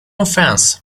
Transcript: offense